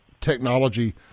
technology